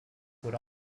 would